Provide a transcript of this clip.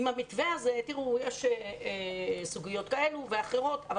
במתווה הזה יש סוגיות כאלה ואחרות אבל